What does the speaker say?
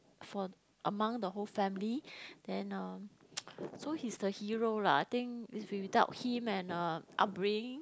for among the whole family then uh so he's the hero lah I think is we without him and uh upbringing